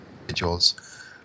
individuals